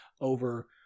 over